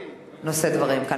נושא דברים כאן.